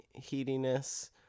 heatiness